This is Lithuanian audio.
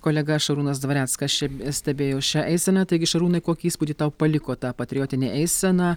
kolega šarūnas dvareckas še stebėjo šią eiseną taigi šarūnai kokį įspūdį tau paliko ta patriotinė eisena